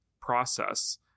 process